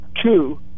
two